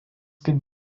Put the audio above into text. kaip